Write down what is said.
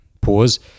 Pause